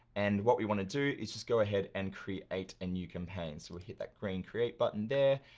and what we wanna do is just go ahead and create a new campaign. so we hit that green create button there.